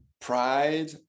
pride